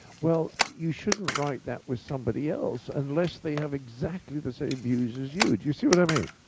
well, you shouldn't write that with somebody else unless they have exactly the same views as you. do you see what i mean?